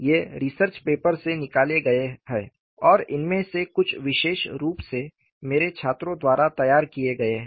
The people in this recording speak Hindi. ये रिसर्च पेपर्स से निकाले गए हैं और इनमें से कुछ विशेष रूप से मेरे छात्रों द्वारा तैयार किए गए हैं